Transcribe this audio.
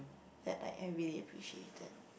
that like I really appreciated